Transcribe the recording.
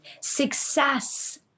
Success